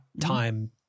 time